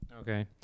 Okay